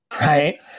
right